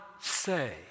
say